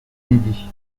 midi